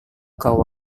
kau